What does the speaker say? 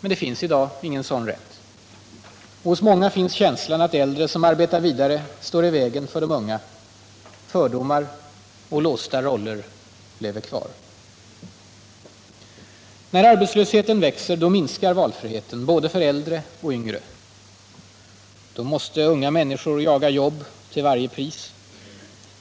Men det finns i dag ingen sådan rätt. Och hos många finns känslan att äldre som arbetar vidare står i vägen för de unga. Fördomar och låsta roller lever kvar. När arbetslösheten växer minskar valfriheten, både för äldre och yngre. Då måste unga människor jaga jobb till varje pris.